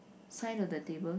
side of the table